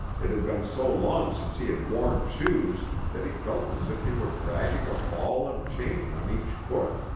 it had been so long since he had worn shoes that he felt as if he were dragging a ball and chain on each foot.